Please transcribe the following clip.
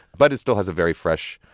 but it still has a very fresh,